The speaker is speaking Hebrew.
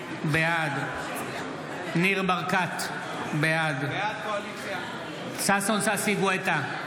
בעד ניר ברקת, בעד ששון ששי גואטה,